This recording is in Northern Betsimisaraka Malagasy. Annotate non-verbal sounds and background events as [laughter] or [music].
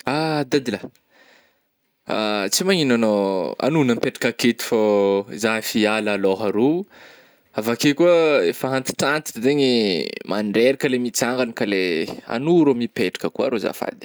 Ah dadilahy, [hesitation] tsy magnino agnao, agnona mipetraka aketo fô ôh zah efa hiala alôha aro oh, avy akeo ko ah efa antitrantitra zegny ih mandreraka le mitsangagna ka le eh, agno rô mipetraka koa rô zafady eh.